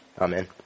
Amen